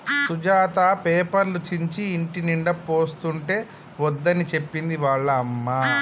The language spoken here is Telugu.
సుజాత పేపర్లు చించి ఇంటినిండా పోస్తుంటే వద్దని చెప్పింది వాళ్ళ అమ్మ